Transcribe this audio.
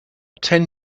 ten